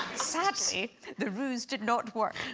sadly the ruse did not work